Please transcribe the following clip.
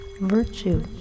Virtue